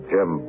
Jim